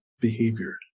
behavior